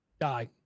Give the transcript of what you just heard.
die